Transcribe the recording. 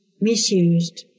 misused